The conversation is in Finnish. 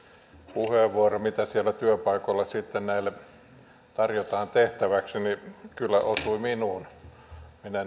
puheenvuoro siitä mitä siellä työpaikoilla sitten näille tarjotaan tehtäväksi kyllä osui minuun minä